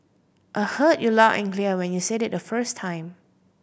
I heard you loud and clear when you said it the first time